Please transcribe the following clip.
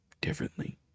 differently